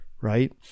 Right